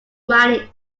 mining